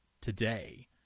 today